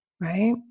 right